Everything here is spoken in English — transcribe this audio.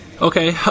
Okay